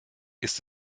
ist